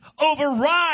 override